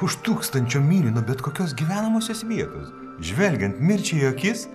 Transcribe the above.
už tūkstančio mylių nuo bet kokios gyvenamosios vietos žvelgiant mirčiai į akis